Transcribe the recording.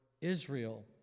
Israel